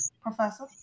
Professor